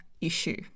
issue